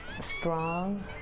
strong